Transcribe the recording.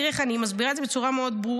תראה איך אני מסבירה את זה בצורה מאוד ברורה,